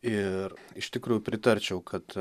ir iš tikrųjų pritarčiau kad